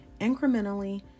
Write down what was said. Incrementally